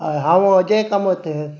हय हांव अजय कामत